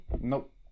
Nope